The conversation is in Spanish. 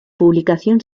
publicación